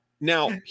now